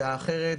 דעה אחרת,